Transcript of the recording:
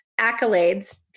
accolades